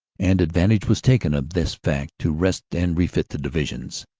and advantage was taken of this fact to rest and refit the divisions.